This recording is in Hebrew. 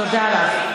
תודה לך.